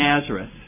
Nazareth